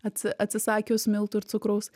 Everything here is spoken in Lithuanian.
atsi atsisakius miltų ir cukraus